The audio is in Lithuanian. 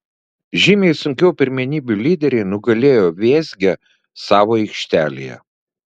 žymiai sunkiau pirmenybių lyderiai nugalėjo vėzgę savo aikštelėje